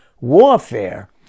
warfare